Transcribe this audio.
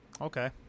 Okay